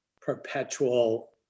perpetual